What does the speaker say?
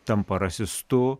tampa rasistu